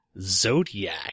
Zodiac